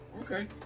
okay